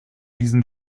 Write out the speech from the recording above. diesen